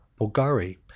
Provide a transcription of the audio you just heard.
Bulgari